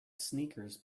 sneakers